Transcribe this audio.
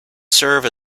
serve